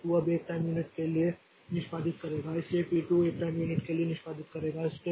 तो पी 2 अब 1 time unit के लिए निष्पादित करेगा इसलिए पी 2 1 टाइम यूनिट के लिए निष्पादन करेगा